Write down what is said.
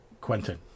Quentin